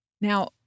Now